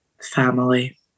Family